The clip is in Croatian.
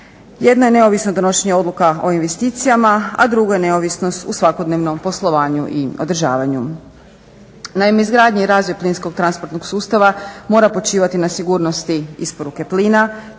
Jedna je neovisno donošenje odluka o investicijama, a drugo je neovisnost u svakodnevnom poslovanju i održavanju. Naime, izgradnja i razvoj plinskog transportnog sustava mora počivati na sigurnosti isporuke plina,